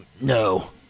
no